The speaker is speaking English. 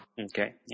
Okay